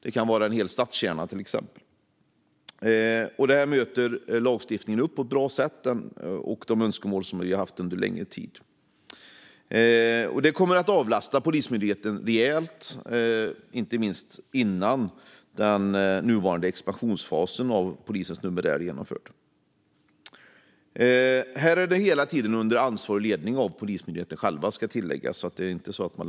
Det kan till exempel vara fråga om en hel stadskärna. Där möter lagstiftningen upp på ett bra sätt de önskemål som har funnits under en längre tid. Det här kommer att avlasta Polismyndigheten rejält, inte minst innan den nuvarande expansionsfasen av polisens numerär är genomförd. Jag ska tillägga att detta hela tiden sker under ansvar och ledning av Polismyndigheten. Det lämnas inte fritt.